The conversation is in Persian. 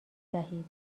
دهید